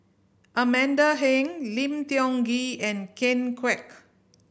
Amanda Heng Lim Tiong Ghee and Ken Kwek